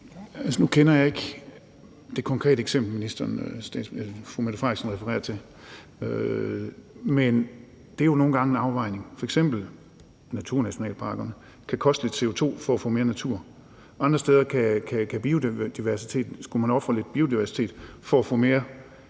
Nu kender jeg ikke det konkrete eksempel, fru Mette Frederiksen refererer til, men det er jo nogle gange en afvejning, f.eks. kan naturnationalparkerne koste CO2 for at få mere natur. Andre steder er spørgsmålet: Skulle man ofre lidt biodiversitet for at få mere